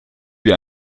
wie